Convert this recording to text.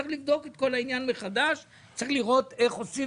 צריך לבדוק את כל העניין מחדש וצריך לראות איך עושים